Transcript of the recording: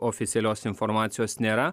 oficialios informacijos nėra